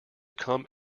come